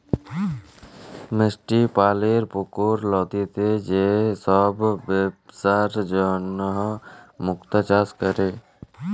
মিষ্টি পালির পুকুর, লদিতে যে সব বেপসার জনহ মুক্তা চাষ ক্যরে